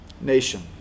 nation